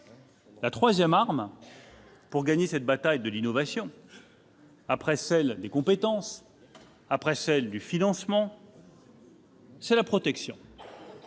La troisième arme pour gagner cette bataille de l'innovation, après celle des compétences, après celle du financement, c'est la protection.